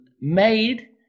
made